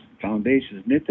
foundations